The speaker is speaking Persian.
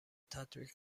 تطبیق